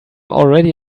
already